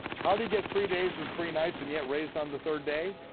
how do you get three days and three nights and yet raised on the third day?